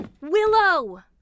Willow